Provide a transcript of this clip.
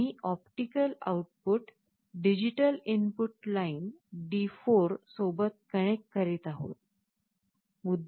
आम्ही optical output digital input line D4 सोबत connect करीत आहोत